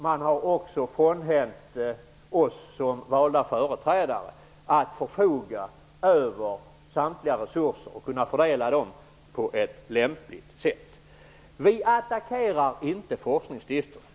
Man har också frånhänt oss som valda företrädare möjligheten att förfoga över samtliga resurser och fördela dem på ett lämpligt sätt. Vi attackerar inte forskningsstiftelserna.